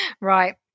Right